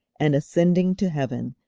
and ascending to heaven,